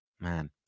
man